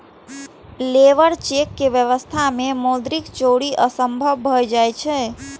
labour check के व्यवस्था मे मौद्रिक चोरी असंभव भए जाइ छै